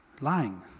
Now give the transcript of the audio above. Lying